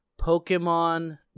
Pokemon